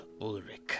Ulrich